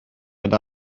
ond